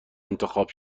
انتخاب